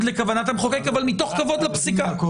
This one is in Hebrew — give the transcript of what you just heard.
לכוונת המחוקק אבל מתוך כבוד לפסיקה.